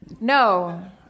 No